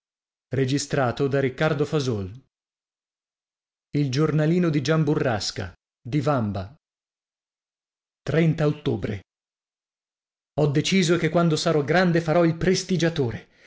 e io a io e autore ho deciso che quando sarò grande farò il prestigiatore